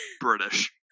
british